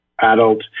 adult